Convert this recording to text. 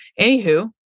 anywho